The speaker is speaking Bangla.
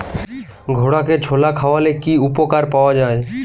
ঘোড়াকে ছোলা খাওয়ালে কি উপকার পাওয়া যায়?